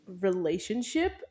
relationship